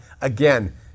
Again